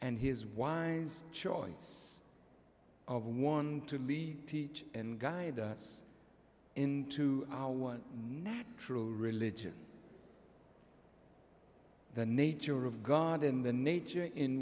and his wise choice of one to lead teach and guide us into one natural religion the nature of god in the nature in